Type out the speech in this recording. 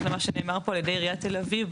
למה שנאמר פה על ידי עיריית תל אביב,